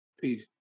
Peace